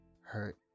hurt